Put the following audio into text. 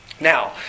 Now